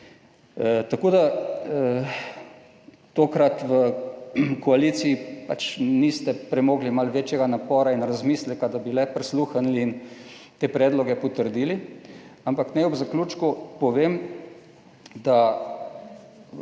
Tokrat v koaliciji pač niste premogli malo večjega napora in razmisleka, da bi le prisluhnili in te predloge potrdili. Ampak naj ob zaključku povem, da